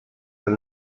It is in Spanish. del